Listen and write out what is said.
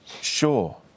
sure